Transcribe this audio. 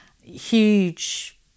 huge